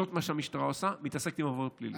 זה מה שהמשטרה עושה, מתעסקת עם עבירות פליליות.